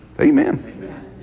Amen